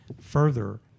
further